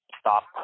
stop